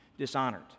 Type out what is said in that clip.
dishonored